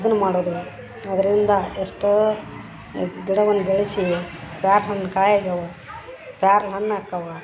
ಇದನ್ನ ಮಾಡೋದು ಅದರಿಂದ ಎಷ್ಟೋ ಗಿಡವನು ಬೆಳೆಸಿ ಪ್ಯಾರ್ಲೆ ಹಣ್ಣ್ ಕಾಯಿ ಆಗ್ಯವ ಪ್ಯಾರ್ಲೆ ಹಣ್ಣ್ ಆಕ್ಕವ